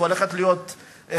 הולכת להיות חצאי-חצאים,